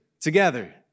together